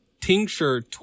Tincture